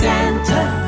Santa